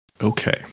Okay